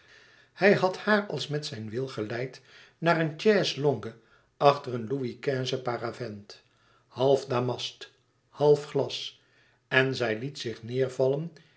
hij had haar als met zijn wil geleid naar een chaise-longue achter een louis xv paravent half damast half glas en zij liet zich neêrvallen